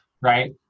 right